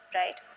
right